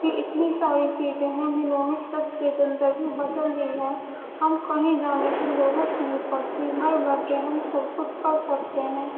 یہ اتنی ساری چیزیں ہیں جنہوں نے سب کی زندگی بدل دی ہے ہم کہیں جانے کی ضرورت نہیں پڑتی گھر بیٹھے ہم سب کچھ کر سکتے ہیں